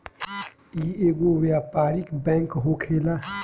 इ एगो व्यापारिक बैंक होखेला